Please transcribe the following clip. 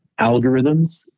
algorithms